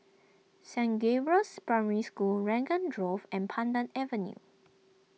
Saint Gabriel's Primary School Raglan drove and Pandan Avenue